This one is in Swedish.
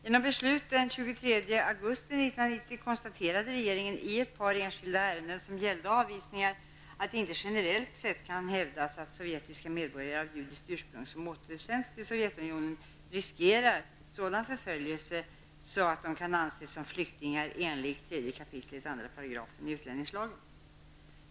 Genom beslut den 23 augusti 1990 konstaterade regeringen i ett par enskilda ärenden som gällde avvisning att det inte generellt sett kan hävdas att sovjetiska medborgare av judiskt ursprung som återsänds till Sovjetunionen riskerar sådan förföljelse att de kan anses som flyktingar enligt 3 kap. 2 § utlänningslagen.